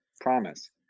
promise